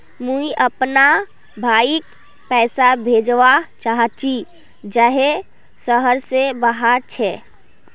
मुई अपना भाईक पैसा भेजवा चहची जहें शहर से बहार छे